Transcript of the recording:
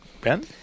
Ben